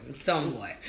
Somewhat